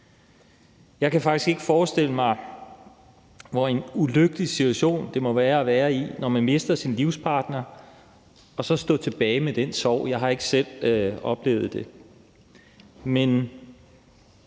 Jeg kan faktisk ikke forestille mig, hvor ulykkelig en situation det må være at være i at miste sin livspartner og stå tilbage med den sorg. Jeg har ikke selv oplevet det.